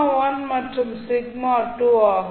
மற்றும் ஆகும்